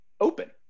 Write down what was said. open